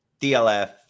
DLF